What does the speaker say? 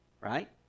right